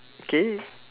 K